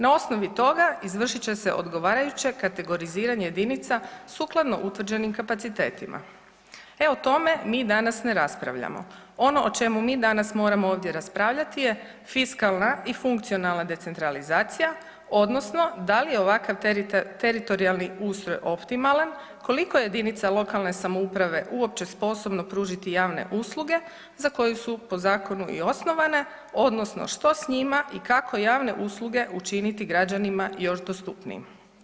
Na osnovi toga izvršit će se odgovarajuće kategoriziranje jedinica sukladno utvrđenim kapacitetima.“ E o tome mi danas ne raspravljamo, ono o čemu mi danas mi moramo ovdje raspravljati je fiskalna i funkcionalna decentralizacija odnosno da li je ovakav teritorijalni ustroj optimalan, koliko jedinica lokalne samouprave uopće sposobno pružiti javne usluge za koje su po zakonu i osnovane odnosno što s njima i kako javne usluge učiniti građanima još dostupnijim.